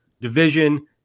division